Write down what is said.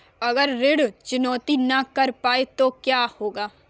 अगर ऋण चुकौती न कर पाए तो क्या होगा?